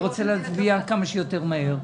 אני רוצה להצביע כמה שיותר מהר.